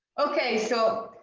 okay. so